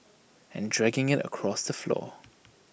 and dragging IT across the floor